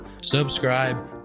Subscribe